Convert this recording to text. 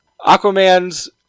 Aquaman's